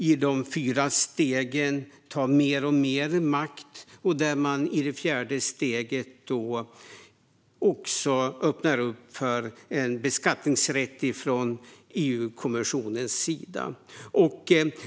I de fyra stegen tar man mer och mer makt, och i det fjärde steget öppnar man upp för en beskattningsrätt från EU-kommissionens sida.